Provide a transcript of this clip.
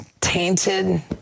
tainted